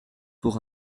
pour